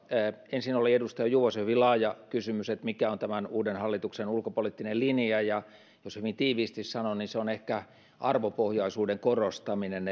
ensin oli edustaja juvosen hyvin laaja kysymys siitä mikä on tämän uuden hallituksen ulkopoliittinen linja jos hyvin tiiviisti sanon niin se on ehkä arvopohjaisuuden korostaminen